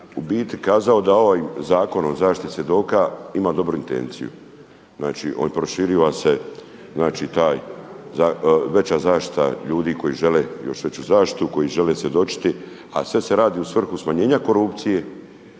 u biti kazao da ovim Zakonom o zaštiti svjedoka ima dobru intenciju. Znači proširiva se taj, veća zaštita ljudi koji žele još veću zaštitu, koji žele svjedočiti, a sve se radi u svrhu smanjenja korupcije